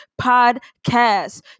podcast